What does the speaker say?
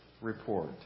report